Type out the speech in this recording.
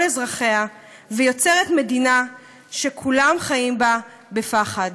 אזרחיה ויוצרת מדינה שכולם חיים בה בפחד.